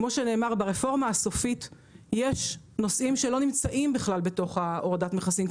כמו שנאמר ברפורמה הסופית יש נושאים שלא נמצאים בכלל בתוך ההורדת מכסים,